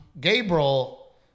Gabriel